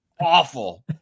awful